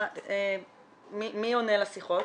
מי עונה לשיחות?